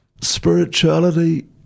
spirituality